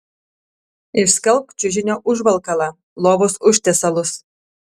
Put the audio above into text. išskalbk čiužinio užvalkalą lovos užtiesalus